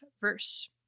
verse